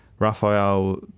Raphael